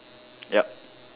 yup